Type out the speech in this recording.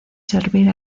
servir